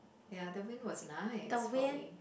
ya the wind was nice for me